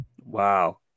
Wow